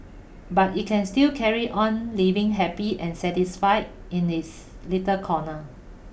but it can still carry on living happy and satisfied in its little corner